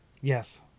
Yes